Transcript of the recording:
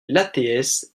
l’ats